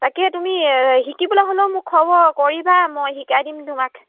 তাকে তুমি শিকিবলৈ হ'লেও মোক খবৰ কৰিবা মই শিকাই দিম তোমাক